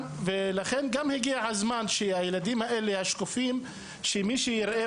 ולכן הגיע הזמן שהילדים השקופים ייראו